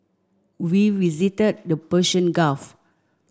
we visited the Persian Gulf